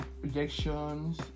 rejections